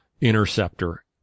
interceptor